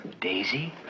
Daisy